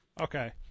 Okay